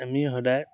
আমি সদায়